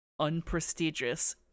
unprestigious